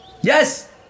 Yes